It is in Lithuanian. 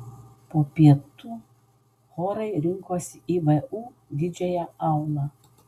po pietų chorai rinkosi į vu didžiąją aulą